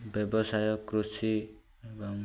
ବ୍ୟବସାୟ କୃଷି ଏବଂ